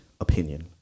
opinion